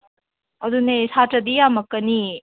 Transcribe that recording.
ꯑꯗꯨꯅꯦ ꯁꯥꯇ꯭ꯔꯗꯤ ꯌꯥꯝꯃꯛꯀꯅꯤ